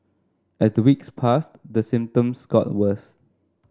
as the weeks passed the symptoms got worse